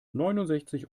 neunundsechzig